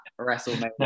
WrestleMania